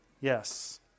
Yes